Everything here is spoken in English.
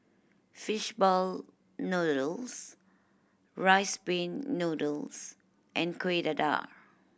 fish ball noodles Rice Pin Noodles and Kuih Dadar